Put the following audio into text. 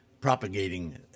propagating